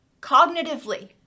cognitively